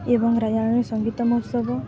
ଏବଂ ରାଜାୟଣ ସଙ୍ଗୀତ ମୋହତ୍ସବ